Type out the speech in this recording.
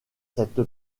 cette